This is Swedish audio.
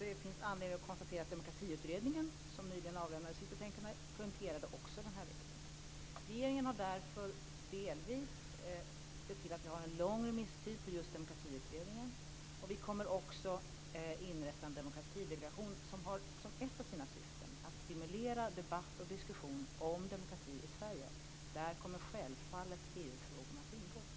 Det finns anledning att konstatera att Demokratiutredningen, som nyligen avlämnade sitt betänkande, betonade vikten av en sådan här diskussion. Regeringen har därför sett till att remisstiden i anslutning till Demokratiutredningen är lång. Vi kommer också att inrätta en demokratidelegation som har som ett av sina syften att stimulera debatt och diskussion om demokrati i Sverige, och där kommer självfallet EU frågorna att ingå.